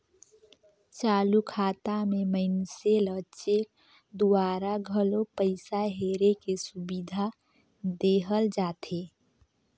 चालू खाता मे मइनसे ल चेक दूवारा घलो पइसा हेरे के सुबिधा देहल जाथे